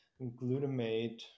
glutamate